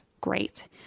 Great